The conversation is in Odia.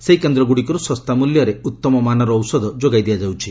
ସେହି କେନ୍ଦ୍ରଗୁଡ଼ିକରୁ ଶସ୍ତା ମୂଲ୍ୟରେ ଉତ୍ତମ ମାନର ଔଷଧ ଯୋଗାଇ ଦିଆଯାଉଛି